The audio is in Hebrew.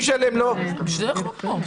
בשביל זה אנחנו פה.